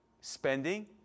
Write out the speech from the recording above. spending